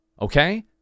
okay